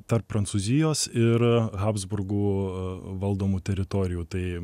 tarp prancūzijos ir habsburgų valdomų teritorijų tai